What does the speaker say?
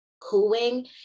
cooing